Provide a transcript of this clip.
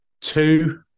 two